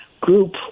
group